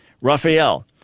Raphael